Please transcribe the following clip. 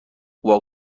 واق